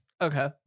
Okay